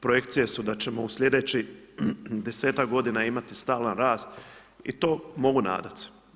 Projekcije su da ćemo u sljedećih 10-tak godina imati stalan rast i to mogu nadati se.